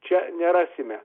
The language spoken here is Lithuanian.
čia nerasime